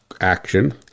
action